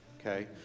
okay